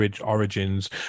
origins